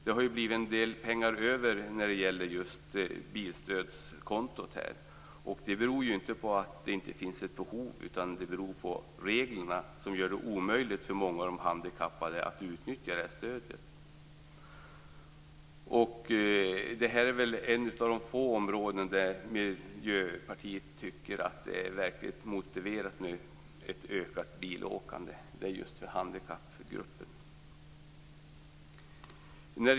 Det har blivit en del pengar över på just bilstödskontot, och det beror inte på att det inte finns något behov utan på att reglerna gör det omöjligt för många handikappade att utnyttja stödet. Ett av de få områden där Miljöpartiet anser det motiverat med ett ökat bilåkande är just för handikappgruppen.